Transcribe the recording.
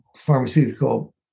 pharmaceutical